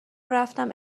رفتم